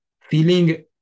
feeling